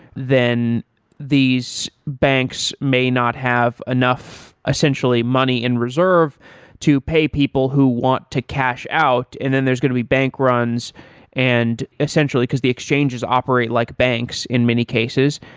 then these banks may not have enough essentially money in reserve to pay people who want to cash out, and then there's going to be bank runs and essentially because the exchange is operate like banks in many cases.